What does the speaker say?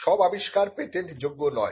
সব আবিষ্কার পেটেন্ট যোগ্য নয়